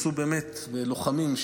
לוחמים,